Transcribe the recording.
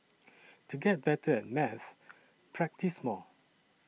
to get better at maths practise more